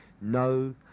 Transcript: no